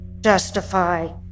justify